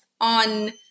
on